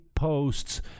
Posts